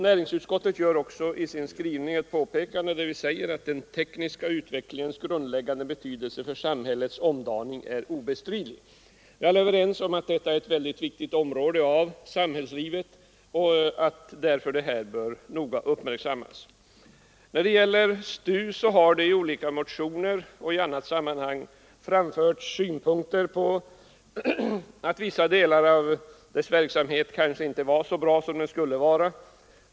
Näringsutskottet påpekar i sin skrivning också att den tekniska utvecklingens grundläggande betydelse för samhällets omdaning är obestridlig. Vi är alltså överens om att detta är ett mycket viktigt område av samhällslivet och att det därför bör noga uppmärksammas. I motioner och i annat sammanhang har det anförts att vissa delar av STUs verksamhet kanske inte är så bra som de borde vara.